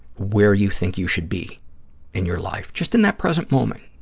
where you think you should be in your life, just in that present moment,